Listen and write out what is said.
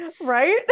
Right